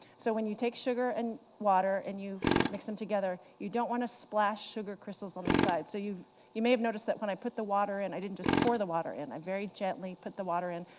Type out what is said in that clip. so when you take sugar and water and you mix them together, you don't want to splash sugar crystals on the side. so you you may have noticed that when i put the water in, i didn't just pour the water in. i very gently put the water in,